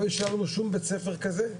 לא אישרנו שום בית-ספר כזה,